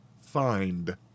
find